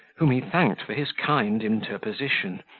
whom he thanked for his kind interposition,